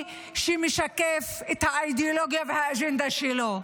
שמשקף את האידיאולוגיה והאג'נדה שלו.